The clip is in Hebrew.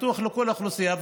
פתוח לכל האוכלוסייה,